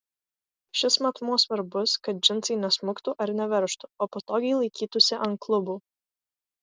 šis matmuo svarbus kad džinsai nesmuktų ar neveržtų o patogiai laikytųsi ant klubų